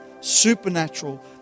supernatural